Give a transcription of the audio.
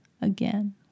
again